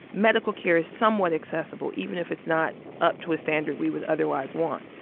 medical care is somewhat accessible even if it's not up to a standard we would otherwise want,